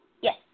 Yes